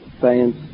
science